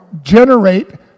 generate